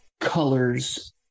colors